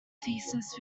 thesis